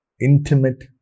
intimate